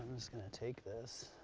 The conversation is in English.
just going to take this